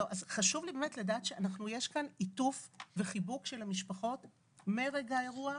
חשוב לדעת שיש מעטפת וחיבוק של המשפחות מרגע האירוע.